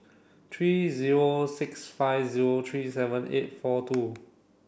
three zero six five zero three seven eight four two